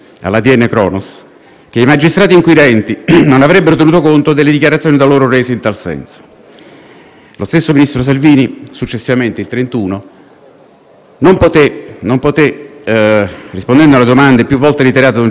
Lo stesso ministro Salvini successivamente, il giorno 31 dello stesso mese, rispondendo alle domande più volte reiterate da un giornalista, non poté sostenere che vi fossero specifici elementi relativi alla